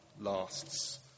lasts